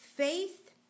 Faith